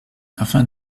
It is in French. afin